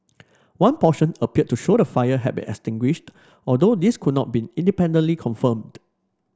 one portion appeared to show the fire had been extinguished although this could not be independently confirmed